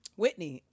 whitney